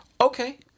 Okay